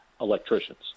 electricians